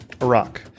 Iraq